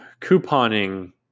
couponing